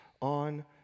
on